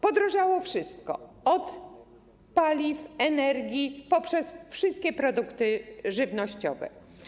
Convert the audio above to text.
Podrożało wszystko od paliw, energii po wszystkie produkty żywnościowe.